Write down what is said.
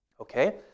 Okay